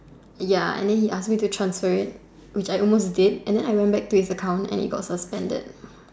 ya and then he ask me to transfer it which I almost did and then I went back to his account and he got suspended